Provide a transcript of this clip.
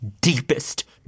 deepest